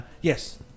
yes